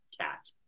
cat